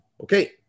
okay